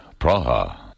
Praha